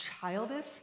childish